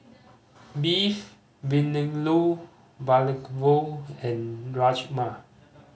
Beef Vindaloo and Rajma